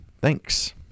Thanks